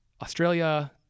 Australia